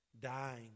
dying